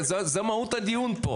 זה מהות הדיון פה.